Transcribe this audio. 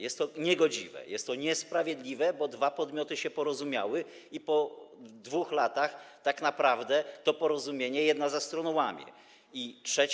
Jest to niegodziwe, jest to niesprawiedliwe, bo dwa podmioty porozumiały się i po 2 latach tak naprawdę to porozumienie jedna ze stron łamie.